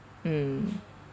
mm